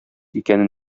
икәнен